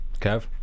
Kev